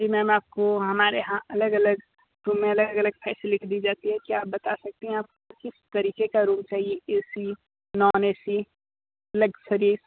जी ma'am आपको हमारे यहाँ अलग अलग रूम में अलग अलग फैसलिटी दी जाती है क्या आप बता सकती हैं आप किस तरीक़े का रूम चाहिए A C non A C luxury